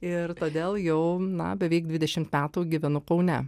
ir todėl jau na beveik dvidešimt metų gyvenu kaune